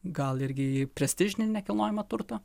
gal irgi į prestižinį nekilnojamą turtą